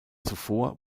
zuvor